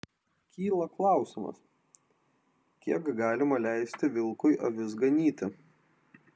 kyla klausimas kiek galima leisti vilkui avis ganyti